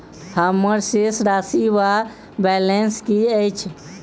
हम्मर शेष राशि वा बैलेंस की अछि?